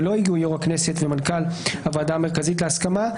ולא הגיעו יושב ראש הכנסת והמנהל הכללי של הוועדה המרכזית להסכמה,